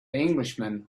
englishman